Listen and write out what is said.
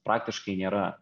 praktiškai nėra